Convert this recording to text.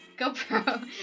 gopro